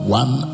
one